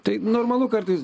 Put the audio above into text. tai normalu kartais